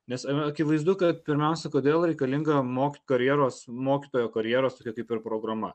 nes akivaizdu kad pirmiausia kodėl reikalinga mokyt karjeros mokytojo karjeros tokia kaip ir programa